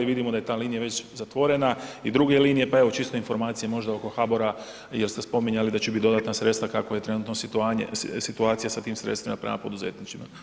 Vidimo da je ta linija već zatvorena i druge linije, pa evo, čisto informacije možda oko HBOR-a jer ste spominjali da će biti dodatna sredstva, kako je trenutno situacija sa tim sredstvima prema poduzetnicima.